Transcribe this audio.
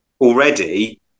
already